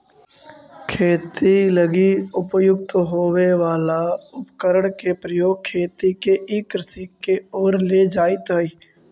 खेती लगी उपयुक्त होवे वाला उपकरण के प्रयोग खेती के ई कृषि के ओर ले जाइत हइ